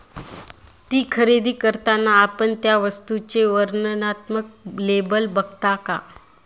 ती खरेदी करताना आपण त्या वस्तूचे वर्णनात्मक लेबल बघता का?